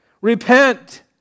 Repent